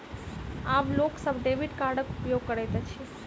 आब लोक सभ डेबिट कार्डक उपयोग करैत अछि